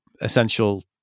essential